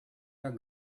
your